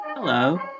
Hello